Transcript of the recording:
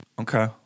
Okay